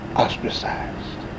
ostracized